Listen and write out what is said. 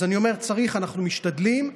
אנחנו משתדלים.